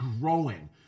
growing